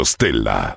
Stella